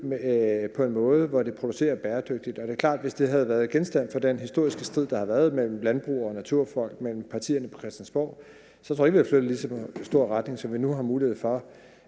på en måde, hvor det producerer bæredygtigt. Og det er klart, at hvis det havde været genstand for den historiske strid, der har været mellem landbrug og naturfolk og mellem partierne Christiansborg, så tror jeg ikke, vi havde flyttet det i lige så god en retning, som vi nu har mulighed for